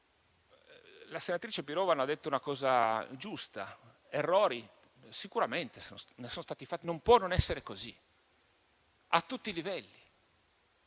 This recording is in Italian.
La senatrice Pirovano ha detto una cosa giusta: di errori sicuramente ne sono stati fatti, non può non essere così, a tutti i livelli.